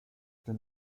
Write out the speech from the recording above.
dem